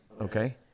Okay